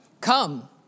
Come